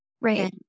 Right